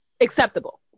acceptable